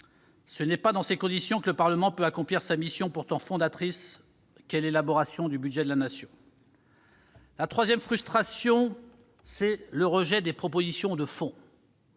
Ce n'est pas dans de telles conditions que le Parlement peut accomplir sa mission pourtant fondatrice qu'est l'élaboration du budget de la Nation. Troisième frustration : des propositions de fond